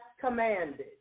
commanded